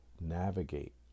navigate